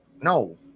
No